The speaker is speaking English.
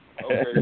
Okay